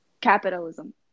Capitalism